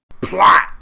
Plot